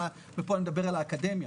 ופה אני מדבר על האקדמיה.